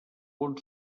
bon